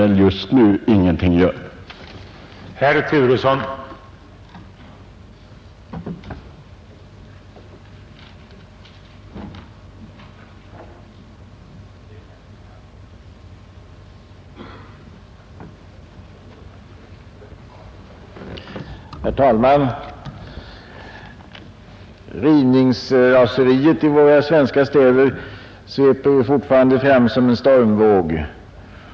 Men just nu kan vi inte göra något åt detta.